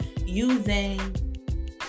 using